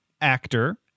actor